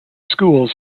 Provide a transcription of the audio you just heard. schools